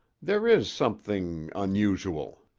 there is something unusual.